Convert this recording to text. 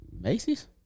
Macy's